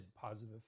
positive